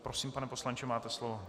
Prosím, pane poslanče, máte slovo.